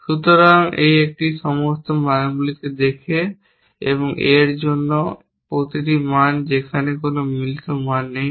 সুতরাং এটি এই সমস্ত মানগুলি দেখে এবং A এর জন্য প্রতিটি মান যেখানে কোনও মিলিত মান নেই